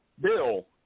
bill